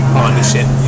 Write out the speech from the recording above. partnership